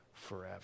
forever